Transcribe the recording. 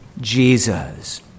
Jesus